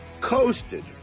coasted